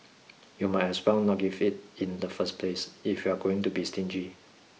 you might as well not give it in the first place if you're going to be stingy